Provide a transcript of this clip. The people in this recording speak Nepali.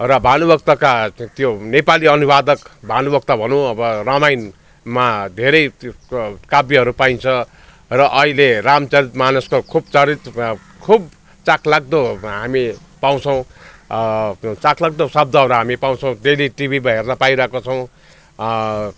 र भानुभक्तका त्यो नेपाली अनुवादक भानुभक्त भनौँ अब रामायणमा धेरै त्यो काव्यहरू पाइन्छ र अहिले रामचरित मानसको खुब चरित खुब चाखलाग्दो हामी पाउँछौँ चाखलाग्दो शब्दहरू हामी पाउँछौँ डेली टिभीमा हेर्नु पाइरहेको छौँ